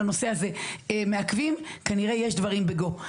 הנושא הזה מעכבים כנראה יש דברים בגו.